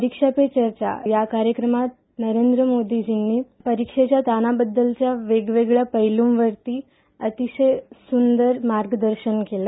परीक्षा पे चर्चा या कार्यक्रमात नरेंद्र मोदीजींनी परीक्षेच्या ताणाबद्दलच्या वेगवेगळ्या पैलूंवरती अतिशय सुंदर मार्गदर्शन केलं